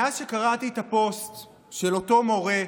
מאז שקראתי את הפוסט של אותו מורה,